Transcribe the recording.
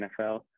NFL